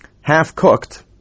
half-cooked